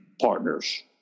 partners